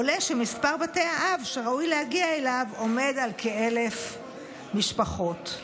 עולה שמספר בתי האב שראוי להגיע אליו עומד על כ-1,000 משפחות.